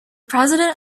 president